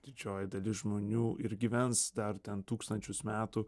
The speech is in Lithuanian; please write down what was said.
didžioji dalis žmonių ir gyvens dar ten tūkstančius metų